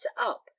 up